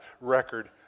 record